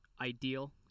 ideal